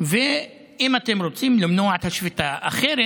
אם אתם רוצים למנוע את השביתה, אחרת